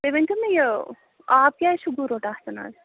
تُہۍ ؤنۍتو مےٚ یہِ آب کیٛازِ چھُ گُرُٹ آسان آز